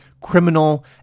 criminal